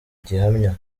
gihamya